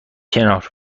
کنار